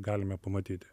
galime pamatyti